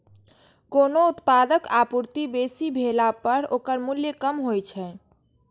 कोनो उत्पादक आपूर्ति बेसी भेला पर ओकर मूल्य कम होइ छै